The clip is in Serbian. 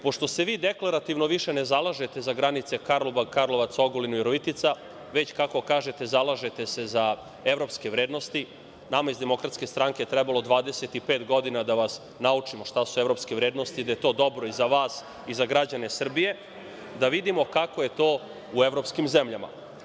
Pošto se vi deklarativno više ne zalažete za granice Karlobag, Karlovac, Ogulin, Virovitica, već, kako kažete, zalažete se za evropske vrednosti, nama iz DS trebalo je 25 godina da vas naučimo šta su evropske vrednosti, da je to dobro i za vas i za građane Srbije, da vidimo kako je to u evropskim zemljama.